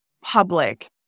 public